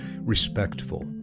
respectful